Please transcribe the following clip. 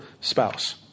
spouse